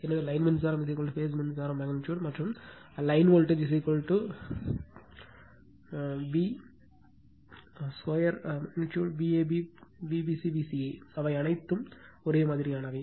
எனவே லைன் மின்சாரம் பேஸ் மின்சாரம் அளவு மற்றும் லைன் வோல்ட்டேஜ் v சதுர அளவு Vab Vbc Vca எனவே அவை அனைத்தும் ஒரே மாதிரியானவை